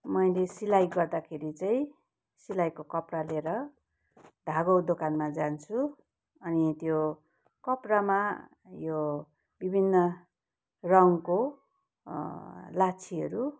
मैले सिलाइ गर्दाखेरि चाहिँ सिलाइको कपडा लिएर धागो दोकानमा जान्छु अनि त्यो कपडामा यो विभिन्न रङको लाछीहरू